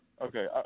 Okay